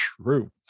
true